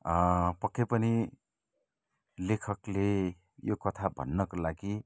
पक्कै पनि लेखकले यो कथा भन्नको लागि